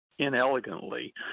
inelegantly